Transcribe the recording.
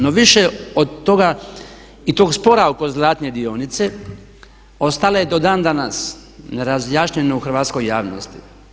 No više od toga i tog spora oko te zlatne dionice ostale do dan danas nerazjašnjeno u hrvatskoj javnosti.